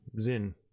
Zin